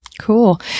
Cool